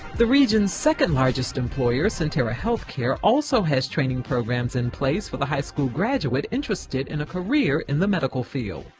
the region's second largest employer, sentara healthcare, also has training programs in place for the high school graduate interested in a career in the medical fld.